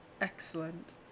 Excellent